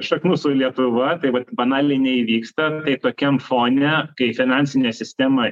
šaknų su lietuva tai vat banaliai neįvyksta tai tokiam fone kai finansinė sistema